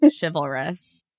chivalrous